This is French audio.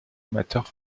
amateurs